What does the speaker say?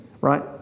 Right